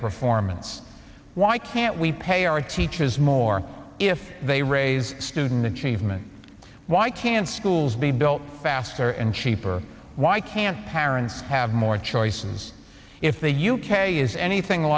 performance why can't we pay our teachers more if they raise student achievement why can't schools be built faster and cheaper why can't parents have more choices if the u k is anything